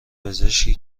پزشکی